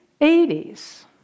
80s